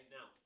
Now